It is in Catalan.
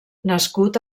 nascut